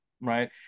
right